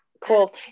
Cool